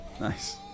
Nice